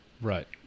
Right